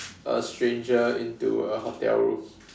a stranger into a hotel room